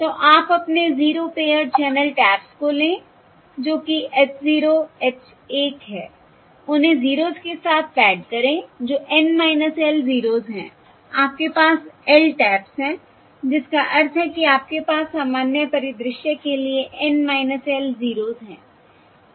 तो आप अपने 0 पेअर्ड चैनल टैप्स को लें जो कि h 0 h 1 है उन्हें 0s के साथ पैड करें जो N L 0s है आपके पास L टैप्स हैं जिसका अर्थ है कि आपके पास सामान्य परिदृश्य के लिए N L 0s हैं